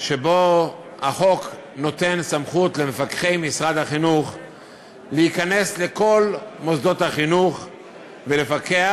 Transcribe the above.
והחוק נותן סמכות למפקחי משרד החינוך להיכנס לכל מוסדות החינוך ולפקח